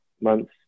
months